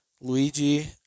Luigi